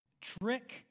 trick